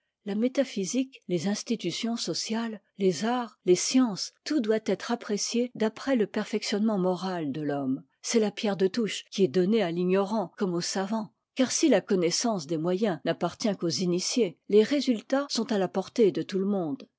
la métaphysique les institutions sociales les arts les sciences tout doit être apprécié d'après le perfectionnement moral de l'homme c'est la pierre de touche qui est donnée à l'ignorant comme au savant car si la connaissance des moyens n'appartient qu'aux initiés les résultats sont à ta portée de tout le'monde